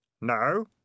No